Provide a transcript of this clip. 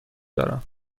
دارم